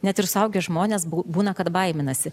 net ir suaugę žmonės bū būna kad baiminasi